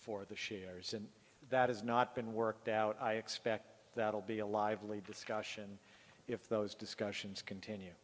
for the shares and that has not been worked out i expect that will be a lively discussion if those discussions continue